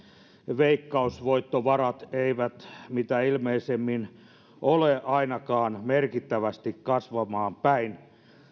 veikkausvoittovarat eivät mitä ilmeisimmin ole ainakaan merkittävästi kasvamaan päin